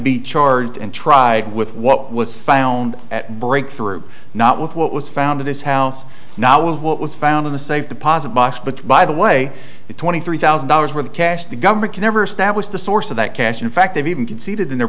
be charged and tried with what was found at breakthrough not with what was found at his house now what was found in the safe deposit box but by the way the twenty three thousand dollars worth of cash the government can never say that was the source of that cash in fact they've even conceded in their